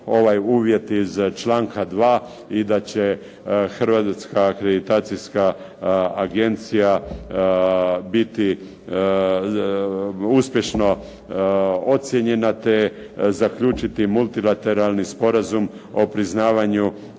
ovaj uvjet iz članka 2. i da će Hrvatska akreditacijska agencija biti uspješno ocjenjena te zaključiti multilateralni sporazum o priznavanju